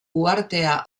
uhartea